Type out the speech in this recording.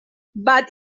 but